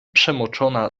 przemoczona